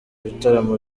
bitaramo